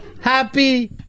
Happy